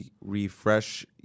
refresh